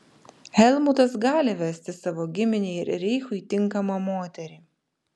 helmutas gali vesti savo giminei ir reichui tinkamą moterį